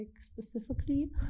specifically